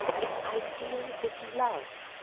its ideal is love.